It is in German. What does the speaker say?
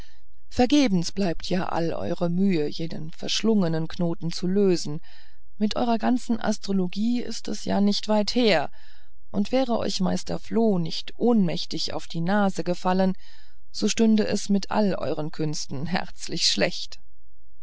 vergebens blieb ja all euer mühen jenen verschlungenen knoten zu lösen mit eurer ganzen astrologie ist es ja nicht weit her und wäre euch meister floh nicht ohnmächtig auf die nase gefallen so stünde es mit all euren künsten herzlich schlecht